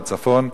בצפון,